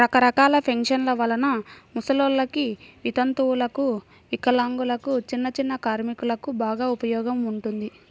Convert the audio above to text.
రకరకాల పెన్షన్ల వలన ముసలోల్లకి, వితంతువులకు, వికలాంగులకు, చిన్నచిన్న కార్మికులకు బాగా ఉపయోగం ఉంటుంది